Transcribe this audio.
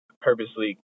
purposely